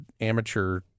amateur